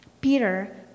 Peter